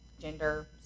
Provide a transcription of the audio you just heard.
gender